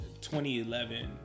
2011